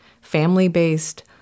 family-based